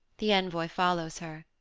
the envoy follows her.